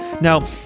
Now